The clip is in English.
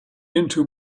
into